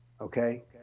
okay